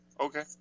Okay